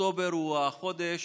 אוקטובר הוא החודש